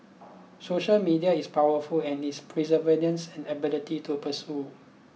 social media is powerful and its pervasiveness and ability to persuade